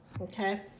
Okay